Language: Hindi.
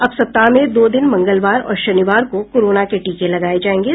अब सप्ताह में दो दिन मंगलवार और शनिवार को कोरोना के टीके लगाये जायेंगे